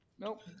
Nope